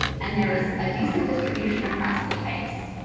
and there was a decent distribution across the types.